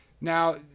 Now